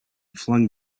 flung